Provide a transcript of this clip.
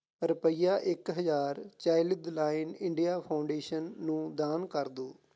ਰੁਪਈਆ ਇੱਕ ਹਜ਼ਾਰ ਚਾਇਲਡਦਲਾਈਨ ਇੰਡੀਆ ਫਾਊਂਡੇਸ਼ਨ ਨੂੰ ਦਾਨ ਕਰ ਦਿਓ